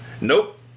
Nope